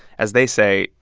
as they say,